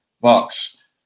Box